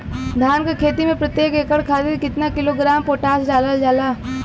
धान क खेती में प्रत्येक एकड़ खातिर कितना किलोग्राम पोटाश डालल जाला?